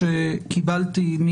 בזום יש את מפקד המרחב לדעתי,